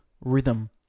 rhythm